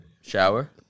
shower